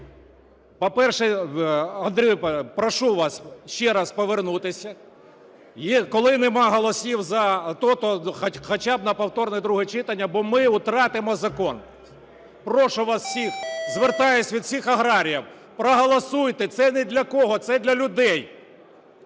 По-перше, Андрію, прошу вас ще раз повернутися. Коли нема голосів за те, то хоча б на повторне друге читання, бо ми утратимо закон. Прошу вас всіх, звертаюся від всіх аграріїв, проголосуйте. Це ні для кого, це для людей.